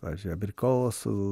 pavyzdžiui abrikosų